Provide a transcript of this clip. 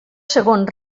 segon